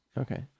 Okay